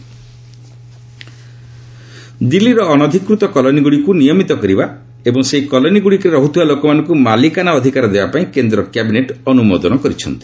cabinet Delhi colony ଦିଲ୍ଲୀର ଅନଧିକୃତ କଲୋନୀଗୁଡ଼ିକୁ ନିୟମିତ କରିବା ଏବଂ ସେହି କଲୋନୀଗୁଡ଼ିକରେ ରହୁଥିବା ଲୋକମାନଙ୍କୁ ମାଲିକାନା ଅଧିକାର ଦେବା ପାଇଁ କେନ୍ଦ୍ର କ୍ୟାବିନେଟ୍ ଅନୁମୋଦନ କରିଛନ୍ତି